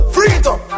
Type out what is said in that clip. Freedom